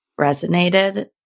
resonated